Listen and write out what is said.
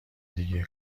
دیگه